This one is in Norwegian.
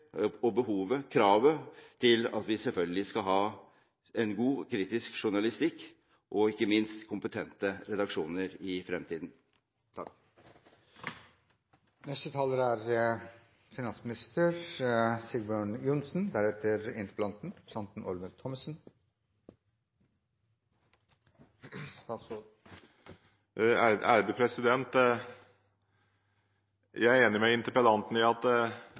og kravet til at vi selvfølgelig skal ha en god, kritisk journalistikk og ikke minst kompetente redaksjoner i fremtiden. Jeg er enig med interpellanten i at